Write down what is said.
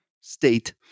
state